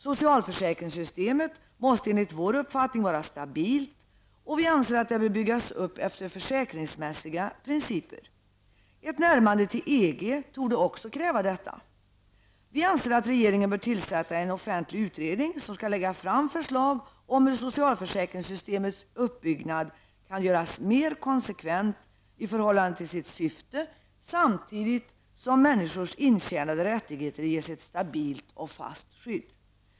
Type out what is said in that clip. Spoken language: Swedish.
Socialförsäkringssystemet måste enligt vår uppfattning vara stabilt, och vi anser att det bör byggas upp efter försäkringsmässiga principer. Ett närmande till EG torde också kräva detta. Vi anser att regeringen bör tillsätta en offentlig utredning som skall lägga fram förslag om hur socialförsäkringssystemets uppbyggnad kan göras mer konsekvent i förhållande till sitt syfte samtidigt som människors intjänaderättigheter ges ett stabilt och fast skydd.